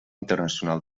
internacional